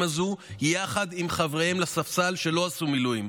הזאת יחד עם חבריהם לספסל הלימודים שלא עשו מילואים.